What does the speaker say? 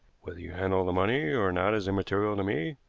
whether you handle the money or not is immaterial to me,